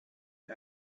the